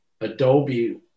Adobe